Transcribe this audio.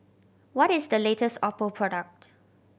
what is the latest Oppo product